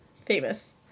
famous